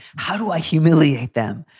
how do i humiliate them?